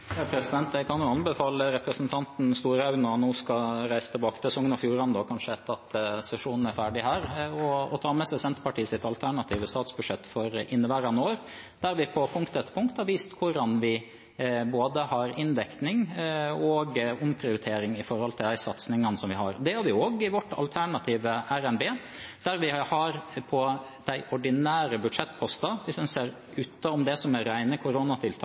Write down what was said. kan anbefale representanten Storehaug når han nå kanskje skal reise tilbake til Sogn og Fjordane etter at sesjonen er ferdig her, å ta med seg Senterpartiets alternative statsbudsjett for inneværende år, der vi på punkt etter punkt har vist hvordan vi både har inndekning og omprioritering for de satsingene vi har. Det har vi også i vårt alternative RNB, der vi på de ordinære budsjettpostene, hvis en ser bort fra det som er rene koronatiltak,